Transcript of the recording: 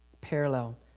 parallel